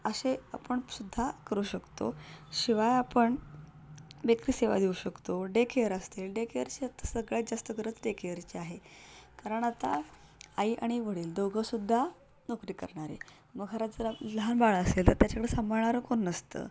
असे आपण सुद्धा करू शकतो शिवाय आपण बेकरी सेवा देऊ शकतो डे केअर असतील डे केअरची आता सगळ्यात जास्त गरज डे केअरची आहे कारण आता आई आणि वडील दोघंसुद्धा नोकरी करणारे मग घरात जर लहान बाळ असेल तर त्याच्याकडं सांभाळणारं कोण नसतं